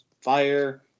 fire